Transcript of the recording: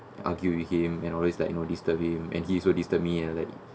argued with him and always like you know disturb him and he's also disturb me and like